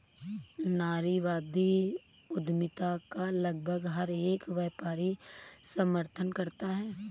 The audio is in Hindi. नारीवादी उद्यमिता का लगभग हर एक व्यापारी समर्थन करता है